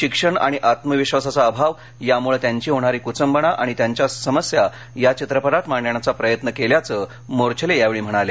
शिक्षण आणि आत्मविश्वासाचा अभाव यामुळे त्यांची होणारी कुचंबणा आणि त्यांच्या समस्या या चित्रपटात मांडण्याचा प्रयत्न केल्याचं मोर्छले यांनी यावेळी सांगितलं